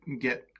get